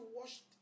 washed